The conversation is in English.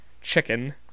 chicken